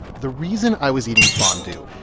the reason i was eating fondue,